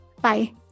Bye